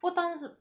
不单是